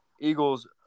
Eagles